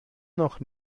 noch